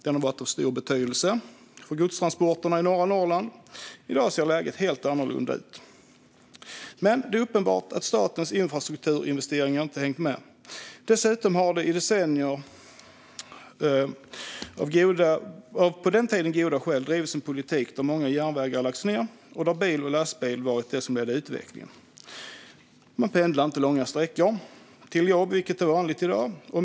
Den har varit av stor betydelse för godstransporterna i norra Norrland, men i dag ser läget annorlunda ut. Men det är uppenbart att statens infrastrukturinvesteringar inte hängt med. Dessutom har det i decennier - av på den tiden goda skäl - drivits en politik där många järnvägar lagts ned. Det var bil och lastbil som ledde utvecklingen. Man pendlade inte långa sträckor till jobb, vilket är vanligt i dag.